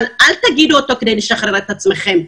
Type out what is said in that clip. אבל אל תגידו אותו כדי לשחרר את עצמכם.